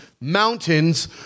mountains